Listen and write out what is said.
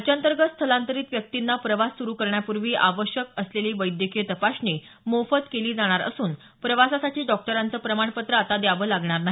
राज्यांतर्गंत स्थलांतरित व्यक्तींना प्रवास स्रु करण्यापूर्वी आवश्यक असलेली वैद्यकीय तपासणी मोफत केली जाणार असून प्रवासासाठी डॉक्टरांचं प्रमाणपत्र आता द्यावं लागणार नाही